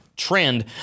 trend